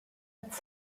its